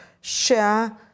share